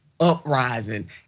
uprising